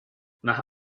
nach